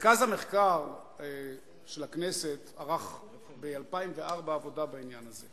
מרכז המחקר של הכנסת ערך ב-2004 עבודה בעניין הזה,